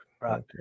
Right